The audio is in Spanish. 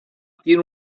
tiene